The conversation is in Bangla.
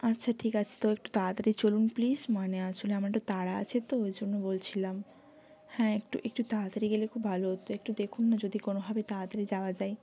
আচ্ছা ঠিক আছে তো একটু তাড়াতাড়ি চলুন প্লিজ মানে আসলে আমার একটু তাড়া আছে তো ওই জন্য বলছিলাম হ্যাঁ একটু একটু তাড়াতাড়ি গেলে খুব ভালো হতো একটু দেখুন না যদি কোনোভাবে তাড়াতাড়ি যাওয়া যায়